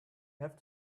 have